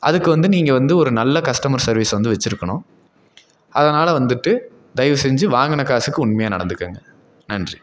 அதுக்கு வந்து நீங்கள் வந்து ஒரு நல்ல கஸ்டமர் சர்வீஸ் வந்து வெச்சுருக்கணும் அதனால் வந்துட்டு தயவு செஞ்சு வாங்கின காசுக்கு உண்மையாக நடந்துக்கங்க நன்றி